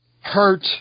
hurt